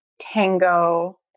Tango